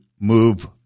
move